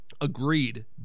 Agreed